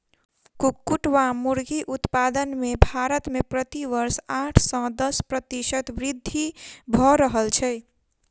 कुक्कुट वा मुर्गी उत्पादन मे भारत मे प्रति वर्ष आठ सॅ दस प्रतिशत वृद्धि भ रहल छै